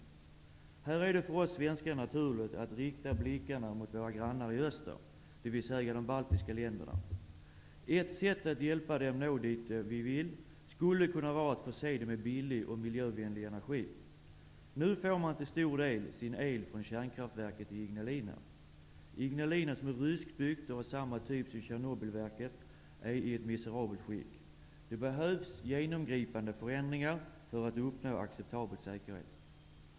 Här är det för oss svenskar naturligt att rikta blickarna mot våra grannar i öster, dvs. de baltiska länderna. Ett sätt att hjälpa dem att nå dit de vill skulle kunna vara att förse dem med billig och miljövänlig energi. Nu får man till stor del sin el från kärnkraftverket i Ignalina. Ignalina, som är ryskbyggt och av samma typ som Tjernobylverket, är i ett miserabelt skick. Det behövs genomgripande förändringar för att uppnå acceptabel säkerhet.